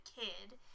kid